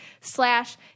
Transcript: slash